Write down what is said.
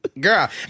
girl